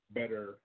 better